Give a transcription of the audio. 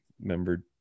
member